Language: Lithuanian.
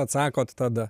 atsakot tada